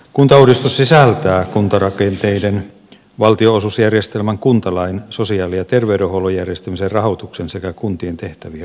kuntauudistus sisältää kuntarakenteiden valtionosuusjärjestelmän kuntalain sosiaali ja terveydenhuollon järjestämisen rahoituksen sekä kuntien tehtävien uudistukset